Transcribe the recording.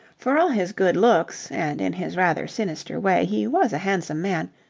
for all his good looks, and in his rather sinister way he was a handsome man,